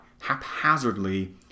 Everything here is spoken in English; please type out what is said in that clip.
haphazardly